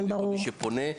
שכל מי שפונה,